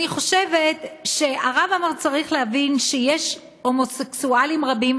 אני חושבת שהרב עמאר צריך להבין שיש הומוסקסואלים רבים,